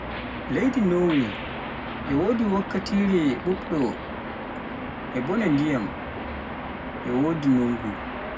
Leydi Nowe, e wodi wakkati ɓuuɓɗo e bone ndiyam e wodi ndungu.